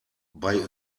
bei